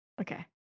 Okay